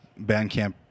Bandcamp